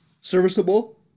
serviceable